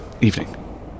Evening